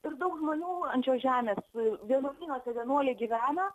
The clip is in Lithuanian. ir daug žmonių ant šios žemės vienuolynuose vienuoliai gyvena